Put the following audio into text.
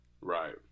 Right